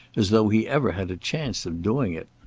as though he ever had a chance of doing it.